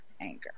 anger